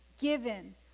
given